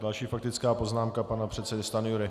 Další faktická poznámka pana předsedy Stanjury.